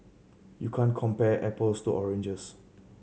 you can't compare apples to oranges